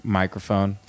microphone